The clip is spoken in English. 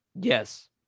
Yes